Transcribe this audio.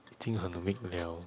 已经很 weak 了